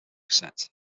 set